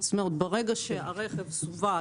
ברגע שהרכב סווג,